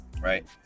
right